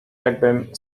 jakbym